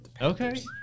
Okay